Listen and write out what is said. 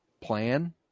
plan